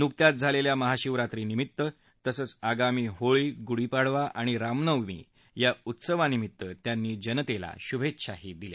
नुकत्याच झालेल्या महाशिवरात्रीनिमित्त तसंच आगामी होळी गुढीपाडवा रामनवमी या उत्सवानिमित्त त्यांनी जनतेला शुभेच्छा दिल्या